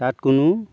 তাত কোনো